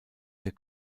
der